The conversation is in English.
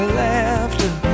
laughter